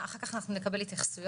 אחר כך אנחנו נקבל התייחסויות,